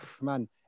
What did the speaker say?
man